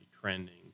trending